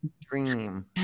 dream